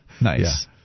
Nice